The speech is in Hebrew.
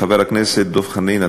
חבר הכנסת דב חנין,